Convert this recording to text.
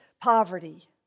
poverty